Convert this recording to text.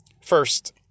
First